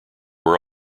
were